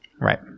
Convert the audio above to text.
Right